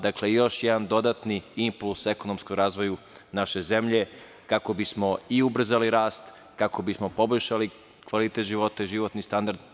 Dakle, još jedan dodatni impuls ekonomskog razvoja naše zemlje, kako bismo i ubrzali, kako bismo poboljšali kvalitet života i životni standard.